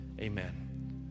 Amen